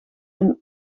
een